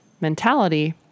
mentality